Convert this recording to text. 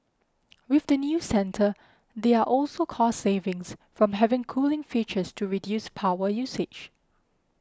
with the new centre there are also cost savings from having cooling features to reduce power usage